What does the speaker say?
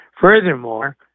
Furthermore